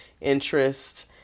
interest